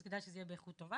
אז כדאי שזה יהיה באיכות טובה.